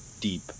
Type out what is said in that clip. deep